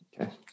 Okay